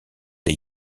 des